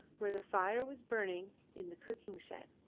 where the fire was burning in the cooking shed,